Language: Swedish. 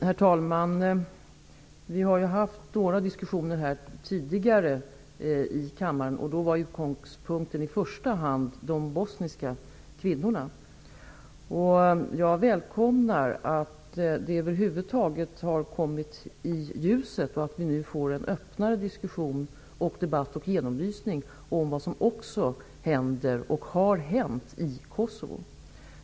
Herr talman! Vi har haft några diskussioner tidigare i kammaren. Då var utgångspunkten i första hand de bosniska kvinnorna. Jag välkomnar att frågan över huvud taget har kommit i ljuset och att vi nu får en öppnare diskussion, debatt och genomlysning av vad som också händer och har hänt i Kosovo.